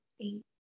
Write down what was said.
eight